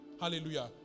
Hallelujah